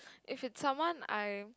if it's someone I